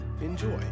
enjoy